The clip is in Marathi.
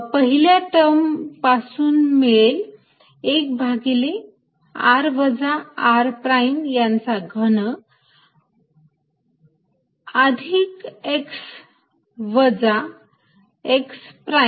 पहिल्या टर्म पासून मिळेल 1 भागिले r वजा r प्राईम यांचा घन अधिक x वजा x प्राईम